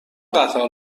قطار